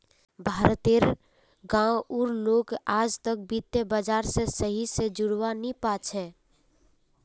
भारत तेर गांव उर लोग आजतक वित्त बाजार से सही से जुड़ा वा नहीं पा छे